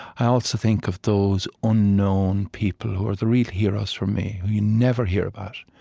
i also think of those unknown people who are the real heroes for me, who you never hear about,